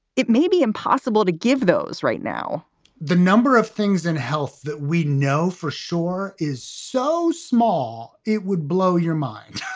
it may be impossible to give those right now the number of things in health that we know for sure is so small it would blow your mind.